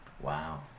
Wow